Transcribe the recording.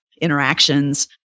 interactions